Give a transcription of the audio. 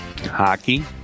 hockey